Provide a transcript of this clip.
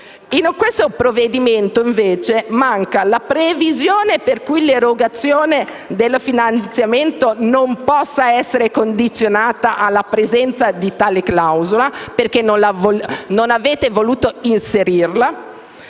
In questo provvedimento, invece, manca la previsione per cui l'erogazione del finanziamento non possa essere condizionata alla presenza di tale clausola, perché non avete voluto inserirla,